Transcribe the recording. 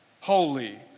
Holy